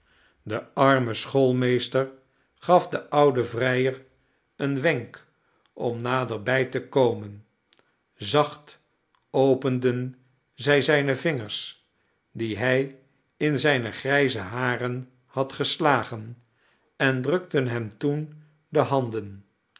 de arme schoolmeester gaf den ouden vrijer een wenk om naderbij te komen zacht openden zij zijne vingers die hij in zijne grijze haren had geslagen en drukten hem toen de handen